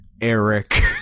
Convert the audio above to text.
Eric